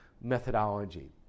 methodology